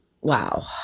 Wow